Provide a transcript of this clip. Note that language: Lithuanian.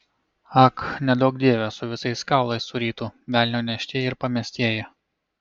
ak neduok dieve su visais kaulais surytų velnio neštieji ir pamestieji